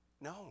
No